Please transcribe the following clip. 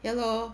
ya loh